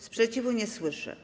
Sprzeciwu nie słyszę.